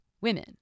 women